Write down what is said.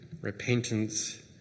repentance